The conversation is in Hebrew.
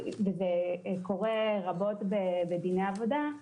וזה קורה רבות בדיני עבודה,